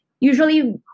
usually